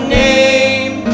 name